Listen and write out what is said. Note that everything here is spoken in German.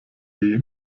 die